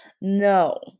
No